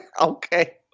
Okay